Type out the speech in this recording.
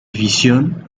visión